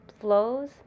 flows